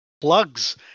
Plugs